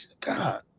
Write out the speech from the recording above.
God